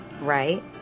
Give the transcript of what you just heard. right